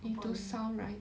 我 poly